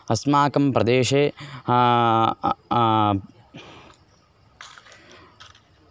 अस्माकं प्रदेशे